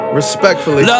respectfully